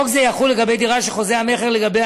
חוק זה יחול לגבי דירה שחוזה המכר לגביה